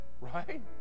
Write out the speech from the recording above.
right